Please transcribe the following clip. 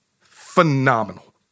phenomenal